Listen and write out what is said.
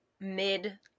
mid